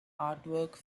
artwork